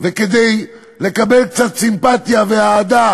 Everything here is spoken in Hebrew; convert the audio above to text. וכדי לקבל קצת סימפתיה ואהדה